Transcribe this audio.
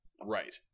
Right